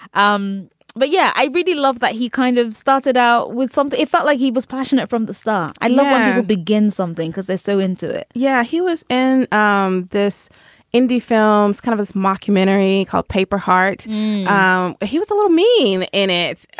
um but yeah, i really loved that. he kind of started out with something. it felt like he was passionate from the start. i love begin something because they're so into it. yeah he was in um this indie films kind of as mockumentary called paper heart um he was a little mean in it,